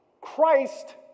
Christ